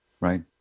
Right